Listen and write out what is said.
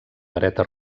vareta